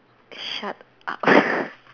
shut up